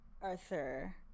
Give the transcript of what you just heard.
Arthur